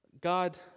God